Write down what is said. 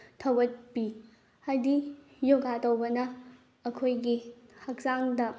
ꯊꯧꯒꯠꯄꯤ ꯍꯥꯏꯗꯤ ꯌꯣꯒꯥ ꯇꯧꯕꯅ ꯑꯩꯈꯣꯏꯒꯤ ꯍꯛꯆꯥꯡꯗ